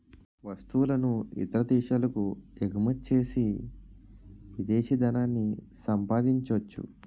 వస్తువులను ఇతర దేశాలకు ఎగుమచ్చేసి విదేశీ ధనాన్ని సంపాదించొచ్చు